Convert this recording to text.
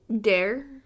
Dare